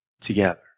together